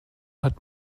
hat